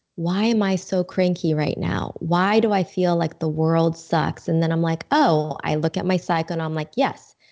why am i so cranky right now? why do i feel like the world sucks? and then i'm like, oh. i look at my cycle and i'm like, yes,